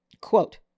Quote